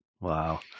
Wow